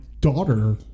daughter